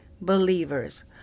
believers